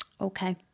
okay